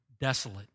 desolate